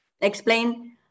Explain